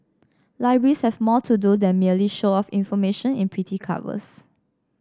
libraries have more to do than merely show off information in pretty covers